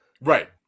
Right